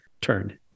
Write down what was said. turn